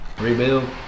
rebuild